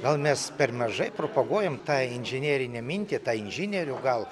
gal mes per mažai propaguojam tą inžinerinę mintį tą inžinierių gal